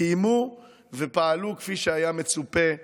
קיימו ופעלו כפי שהיה מצופה מהם.